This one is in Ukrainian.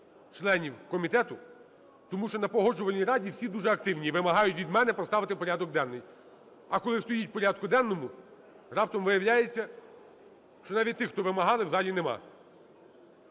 членів комітету, тому що на Погоджувальній раді всі дуже активні і вимагають від мене поставити в порядок денний. А коли стоїть в порядку денному, раптом виявляється, що навіть тих, хто вимагали, в залі немає.